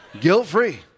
Guilt-free